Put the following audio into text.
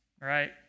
right